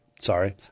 sorry